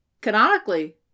Canonically